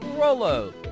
Rolo